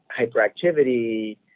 hyperactivity